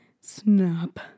snap